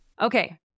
Okay